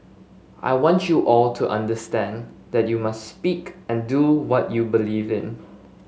I want you all to understand that you must speak and do what you believe in